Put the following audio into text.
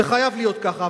זה חייב להיות ככה.